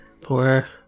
Poor